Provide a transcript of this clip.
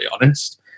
honest